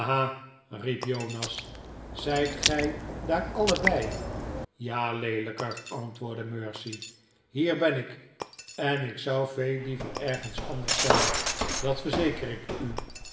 jonas zijt gij daar allebei ja leelijkerd antwoordde mercy hier ben ik en ik zou veel liever ergens anders zijn dat verzeker ik u